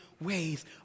ways